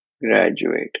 Graduate